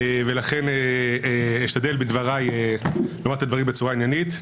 ולכן אשתדל בדבריי לומר את הדברים בצורה עניינית.